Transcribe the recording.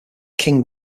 king